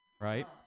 right